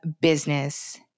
business